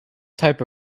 type